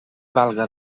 valga